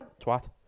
twat